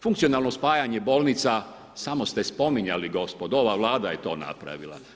Funkcionalno spajanje bolnica, samo ste spominjali gospodo, ova vlada je to napravila.